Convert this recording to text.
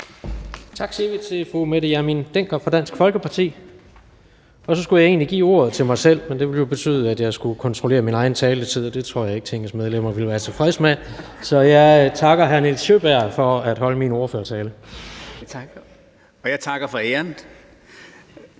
fru Mette Hjermind Dencker fra Dansk Folkeparti. Så skulle jeg egentlig give ordet til mig selv, men det ville jo betyde, at jeg skulle kontrollere min egen taletid, og det tror jeg ikke Tingets medlemmer ville være tilfredse med. Så jeg takker hr. Nils Sjøberg for at holde min ordførertale. Kl. 13:51 (Ordfører)